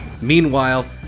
Meanwhile